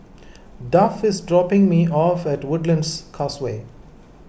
Duff is dropping me off at Woodlands Causeway